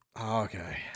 Okay